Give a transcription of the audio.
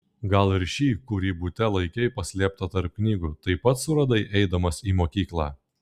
gal ir šį kurį bute laikei paslėptą tarp knygų taip pat suradai eidamas į mokyklą